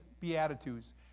Beatitudes